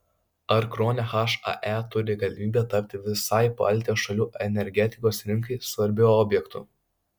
ar kruonio hae turi galimybę tapti visai baltijos šalių energetikos rinkai svarbiu objektu